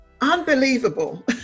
Unbelievable